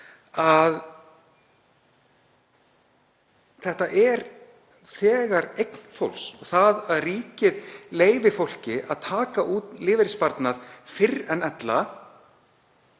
að þetta er þegar eign fólks. Að ríkið leyfi fólki að taka út lífeyrissparnað fyrr en ella,